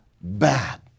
bad